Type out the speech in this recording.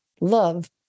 love